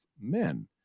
men